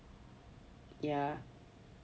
yea